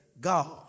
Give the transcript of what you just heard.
God